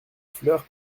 fleur